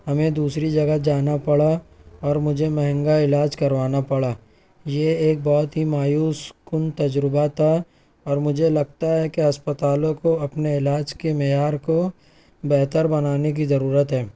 ہمیں دوسری جگہ جانا پڑا اور مجھے مہنگا علاج کروانا پڑا یہ ایک بہت ہی مایوس کُن تجربہ تھا اور مجھے لگتا ہے کہ اسپتالوں کو اپنے علاج کے معیار کو بہتر بنانے کی ضرورت ہے